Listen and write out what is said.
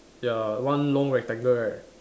ya one long rectangle right